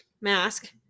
mask